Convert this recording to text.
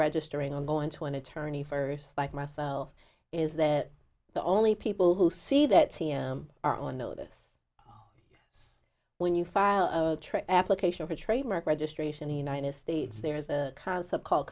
registering or going to an attorney first like myself is that the only people who see that t m are on notice when you file application for trademark registration the united states there is a concept called